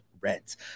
reds